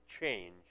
change